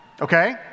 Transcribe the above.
Okay